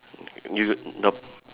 you the the